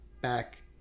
back